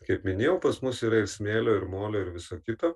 kaip minėjau pas mus yra ir smėlio ir molio ir viso kito